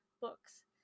books